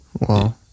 Wow